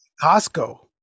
Costco